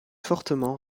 fortement